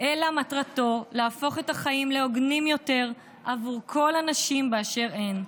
אלא מטרתו להפוך את החיים להוגנים יותר עבור כל הנשים באשר הן.